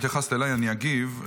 שהתייחסת אליי, אני אגיב.